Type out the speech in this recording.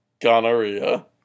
gonorrhea